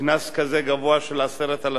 קנס כזה גבוה של 10,000